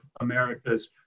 America's